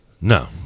No